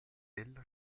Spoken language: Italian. della